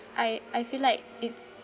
I I feel like it's